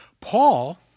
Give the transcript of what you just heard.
Paul